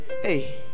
Hey